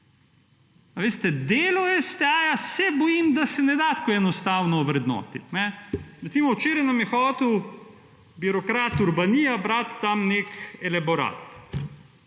delo STA se bojim, da se ne da tako enostavno ovrednotit. Recimo včeraj nam je hotel birokrat Urbanija brati tam nek elaborat.